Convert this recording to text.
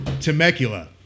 Temecula